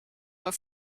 voor